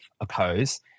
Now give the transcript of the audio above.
oppose